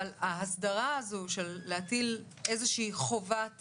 אבל ההסדרה הזאת של להטיל איזה שהיא חובת